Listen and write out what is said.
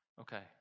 Okay